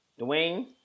Dwayne